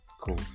Cool